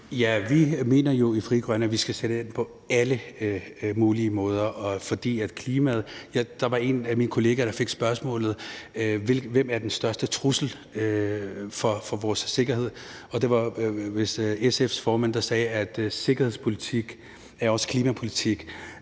vi mener jo i Frie Grønne, at vi skal sætte ind på alle mulige måder i forhold til klimaet. Der var en af mine kollegaer, der fik spørgsmålet: Hvem er den største trussel mod vores sikkerhed? Og det var vist SF's formand, der sagde, at sikkerhedspolitik også er klimapolitik.